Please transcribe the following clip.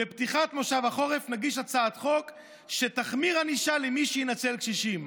"בפתיחת מושב החורף נגיש הצעת חוק שתחמיר ענישה למי שינצל קשישים.